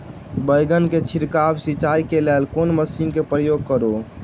बैंगन केँ छिड़काव सिचाई केँ लेल केँ मशीन केँ प्रयोग करू?